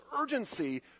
urgency